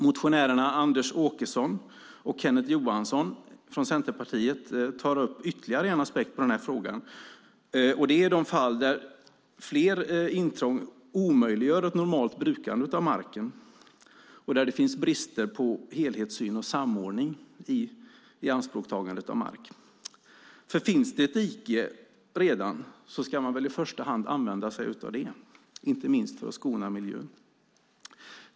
Motionärerna Anders Åkesson och Kenneth Johansson från Centerpartiet tar upp ytterligare en aspekt på frågan: de fall där fler intrång omöjliggör ett normalt brukande av marken och där det finns brister i helhetssyn och samordning i anspråkstagandet av marken. Finns det redan ett dike ska man väl i första hand använda sig av det, inte minst för att skona miljön.